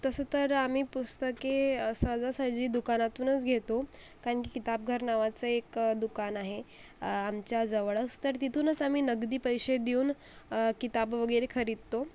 तसं तर आम्ही पुस्तके सहजासहजी दुकानातूनच घेतो कारणकी किताबघर नावाचं एक दुकान आहे आमच्या जवळच तर तिथूनच आम्ही नगदी पैसे देऊन किताब वगैरे खरीदतो